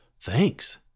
Thanks